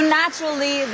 naturally